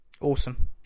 Awesome